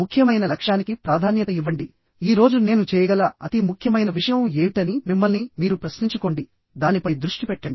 ముఖ్యమైన లక్ష్యానికి ప్రాధాన్యత ఇవ్వండి ఈ రోజు నేను చేయగల అతి ముఖ్యమైన విషయం ఏమిటని మిమ్మల్ని మీరు ప్రశ్నించుకోండి దానిపై దృష్టి పెట్టండి